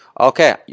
Okay